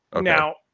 Now